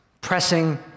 pressing